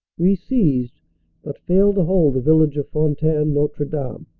we seized but failed to hold the village of fontaine-n otre dame,